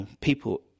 people